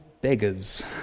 beggars